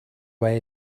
way